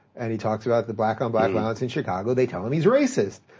and he talks about the black on black violence in chicago, they tell him he's racist,